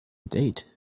date